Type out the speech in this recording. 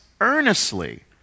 earnestly